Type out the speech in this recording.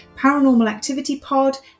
Paranormalactivitypod